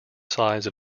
size